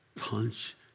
punch